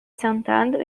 sentado